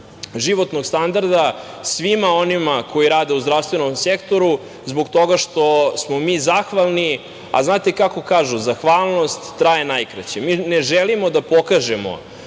životnog standarda svima onima koji rade u zdravstvenom sektoru zbog toga što smo mi zahvali, a znate kako kažu – zahvalnost traje najkraće. Mi ne želimo da pokažemo